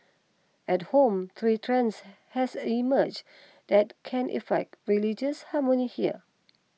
at home three trends has emerged that can affect religious harmony here